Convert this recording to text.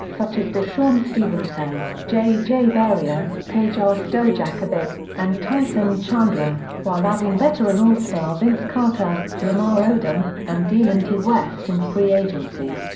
such as deshawn stevenson, j j. barea, peja ah stojakovic, and tyson chandler, while adding veteran all-star vince carter, lamar odom, and delonte west in free agency.